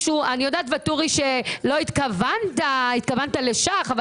אני יודעת ואטורי שהתכוונת למשחק שח